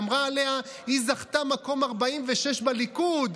היא אמרה עליה: היא זכתה במקום 46 בליכוד,